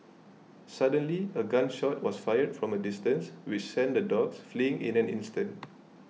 suddenly a gun shot was fired from a distance which sent the dogs fleeing in an instant